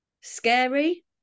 scary